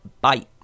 Bye